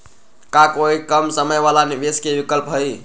का कोई कम समय वाला निवेस के विकल्प हई?